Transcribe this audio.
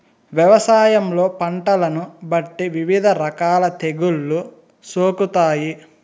వ్యవసాయంలో పంటలను బట్టి వివిధ రకాల తెగుళ్ళు సోకుతాయి